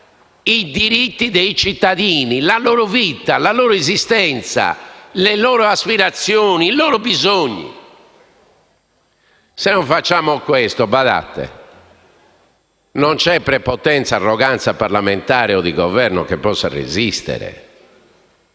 i diritti dei cittadini, la loro vita, la loro esistenza, le loro aspirazioni, i loro bisogni. Se non facciamo questo, non ci sono prepotenza, arroganza parlamentare o di Governo che possano resistere.